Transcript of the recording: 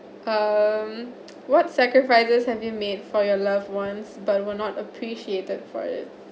um what sacrifices have been made for your loved ones but were not appreciated for it